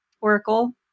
oracle